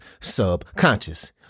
subconscious